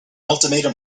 ultimatum